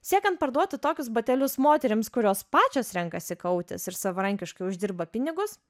siekiant parduoti tokius batelius moterims kurios pačios renkasi kautis ir savarankiškai uždirba pinigus